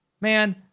Man